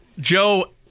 Joe